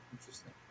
interesting